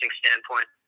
standpoint